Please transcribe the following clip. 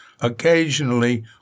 Occasionally